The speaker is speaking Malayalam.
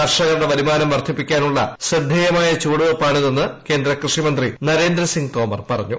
കർഷകരുടെ വരുമാനം വർദ്ധിപ്പിക്കാനുള്ള ശ്രദ്ധേയമായ ചുവടുവയ്പ്പാണിതെന്ന് കേന്ദ്രകൃഷിമന്ത്രി നരേന്ദ്രസിംഗ് തോമർ പറഞ്ഞു